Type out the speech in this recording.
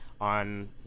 on